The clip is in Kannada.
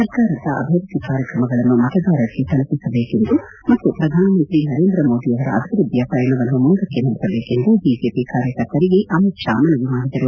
ಸರ್ಕಾರದ ಅಭಿವೃದ್ದಿ ಕಾರ್ಯಕ್ರಮಗಳನ್ನು ಮತದಾರರಿಗೆ ತಲುಪಿಸಬೇಕೆಂದು ಮತ್ತು ಪ್ರಧಾನಮಂತ್ರಿ ನರೇಂದ್ರಮೋದಿಯವರ ಅಭಿವೃದ್ದಿಯ ಪಯಣವನ್ನು ಮುಂದಕ್ಕೆ ನಡೆಸಬೇಕೆಂದು ಬಿಜೆಪಿ ಕಾರ್ಯಕರ್ತರಿಗೆ ಅಮಿತ್ ಶಾ ಮನವಿ ಮಾಡಿದರು